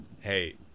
hey